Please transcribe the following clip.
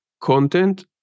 content